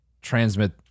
transmit